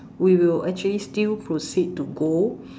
we will actually still proceed to go